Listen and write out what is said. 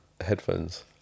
headphones